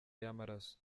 y’amaraso